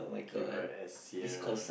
Q R S Sierra